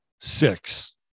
Six